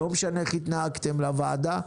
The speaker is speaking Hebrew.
לא משנה איך התנהגתם לוועדה,